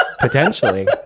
potentially